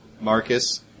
Marcus